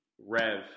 Rev